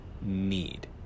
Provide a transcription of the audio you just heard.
need